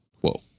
Whoa